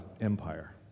empire